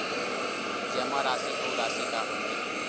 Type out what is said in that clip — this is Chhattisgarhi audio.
जमा राशि अउ राशि का होथे?